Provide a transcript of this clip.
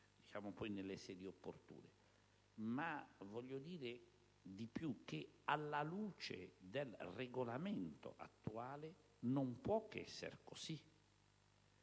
di farlo poi nelle sedi opportune. Ma voglio dire di più: alla luce del Regolamento attuale, non può che essere così.